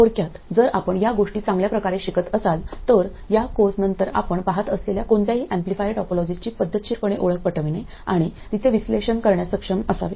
थोडक्यात जर आपण या गोष्टी चांगल्या प्रकारे शिकत असाल तर या कोर्स नंतर आपण पहात असलेल्या कोणत्याही एम्पलीफायर टोपोलॉजीची पद्धतशीरपणे ओळख पटवणे आणि तिचे विश्लेषण करण्यास सक्षम असावे